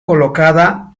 colocada